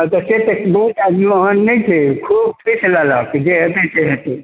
हँ तऽ से तऽ बहुत आदमी ओहन नहि छै खूब ठूसि लेलक जे होयतै से होयतै